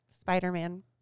Spider-Man